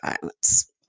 violence